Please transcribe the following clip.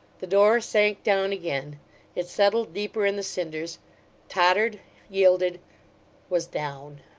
the door sank down again it settled deeper in the cinders tottered yielded was down!